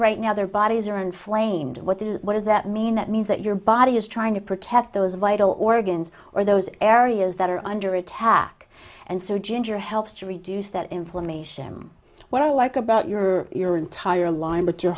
right now their bodies are inflamed what is what does that mean that means that your body is trying to protect those vital organs or those areas that are under attack and so ginger helps to reduce that inflammation am what i like about your your entire line but your